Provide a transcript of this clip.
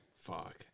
Fuck